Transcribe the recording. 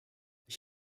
ich